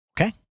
Okay